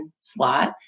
slot